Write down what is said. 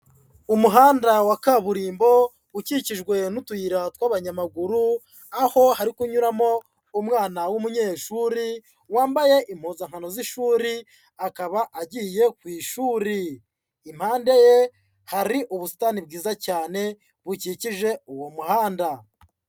Umuhanda wa kaburimbo ukikijwe n'utuyira tw'abanyamaguru, aho hari kunyuramo umwana w'umunyeshuri wambaye impuzankano z'ishuri, akaba agiye ku ishuri, impande ye hari ubusitani bwiza cyane bukikije uwo muhanda.